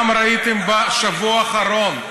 גם ראיתם בשבוע האחרון,